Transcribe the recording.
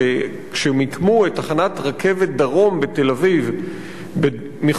שכשמיקמו את תחנת רכבת דרום בתל-אביב מחוץ